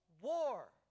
war